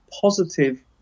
positive